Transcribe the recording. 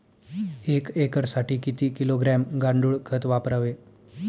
एक एकरसाठी किती किलोग्रॅम गांडूळ खत वापरावे?